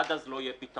עד אז לא יהיה פתרון.